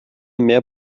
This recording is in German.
mehr